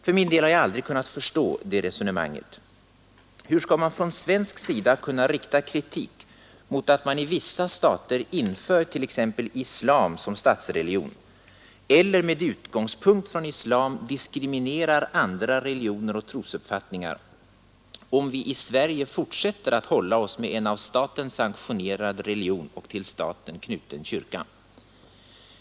För min del har jag aldrig kunnat förstå det resonemanget. Hur skall man från svensk sida kunna rikta kritik mot att man i vissa stater inför t.ex. islam som statsreligion eller med utgångspunkt i islam diskriminerar andra religioner och trosuppfattningar, om vi i Sverige fortsätter att hålla oss med en av staten sanktionerad religion och till staten knuten kyrka?